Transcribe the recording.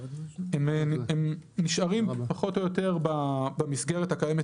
הם נשארים פחות או יותר במסגרת הקיימת